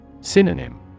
Synonym